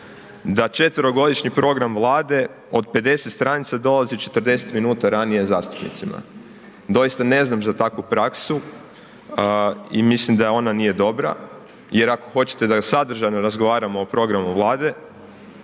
da četverogodišnji program Vlade od 50 stranica dolazi 40 minuta ranije zastupnicima. Doista ne znam za takvu praksu i mislim da ona nije dobra jer ako hoćete da sadržajno razgovaramo o programu Vlade,